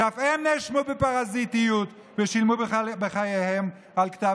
שאף הם נאשמו בפרזיטיות ושילמו בחייהם על כתב